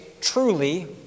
truly